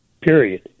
period